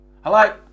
hello